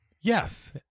Yes